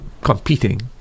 competing